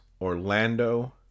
Orlando